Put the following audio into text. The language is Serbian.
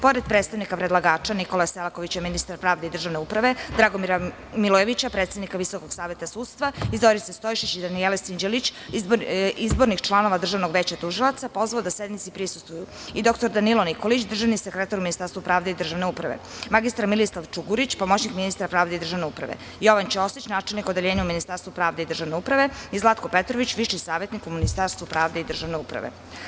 Pored predstavnika predlagača Nikola Selaković je ministar pravde i državne uprave Dragomira Milojevića predsednika Visokog saveta sudstva i Zorica Stojišić, Danijela Sinđelić, izbornih članova državnog veća tužilaca pozvao da sednici prisustvuju i doktor Danilo Nikolić državni sekretar u Ministarstvu pravde i državne uprave, magistar Milisav Čogurić, pomoćnik ministra pravde i državne uprave, Jovan Ćosić, načelnik Odeljenja u Ministarstvu pravde i državne uprave i Zlatko Petrović, viši savetnik u Ministarstvu pravde i državne uprave.